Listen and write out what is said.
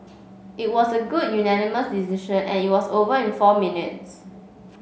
it was a good unanimous decision and it was over in four minutes